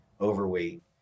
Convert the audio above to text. overweight